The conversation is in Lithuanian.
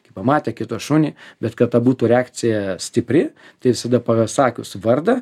kai pamatė kitą šunį bet kad ta būtų reakcija stipri tai visada pasakius vardą